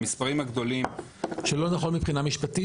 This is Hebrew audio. במספרים הגדולים --- שלא נכון מבחינה משפטית,